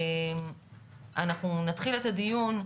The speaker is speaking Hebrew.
אנחנו נתחיל את הדיון.